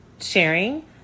sharing